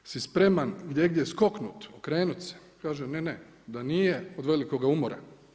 A je li si spreman gdjegdje skoknut, okrenut se, kaže ne, ne, da nije od velikog umora.